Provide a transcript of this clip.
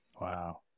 Wow